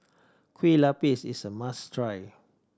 Kueh Lapis is a must try